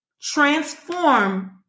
transform